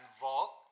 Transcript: vault